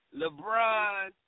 LeBron